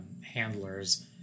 handlers